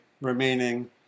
remaining